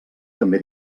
també